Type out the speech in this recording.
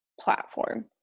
platform